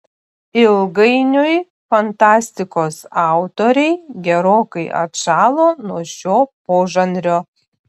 ilgainiui fantastikos autoriai gerokai atšalo nuo šio požanrio